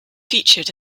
featured